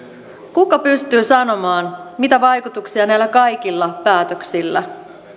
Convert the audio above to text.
kuka pystyy sanomaan mitä vaikutuksia näillä kaikilla päätöksillä